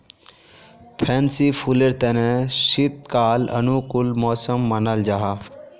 fancy फुलेर तने शीतकाल अनुकूल मौसम मानाल जाहा